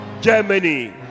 germany